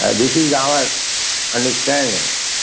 and this is our understanding.